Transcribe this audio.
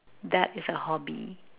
that is a hobby